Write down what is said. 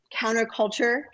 counterculture